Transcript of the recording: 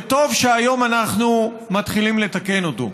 וטוב שהיום אנחנו מתחילים לתקן אותו.